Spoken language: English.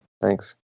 Thanks